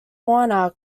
warner